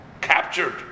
captured